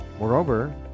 Moreover